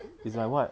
it's like what